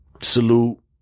salute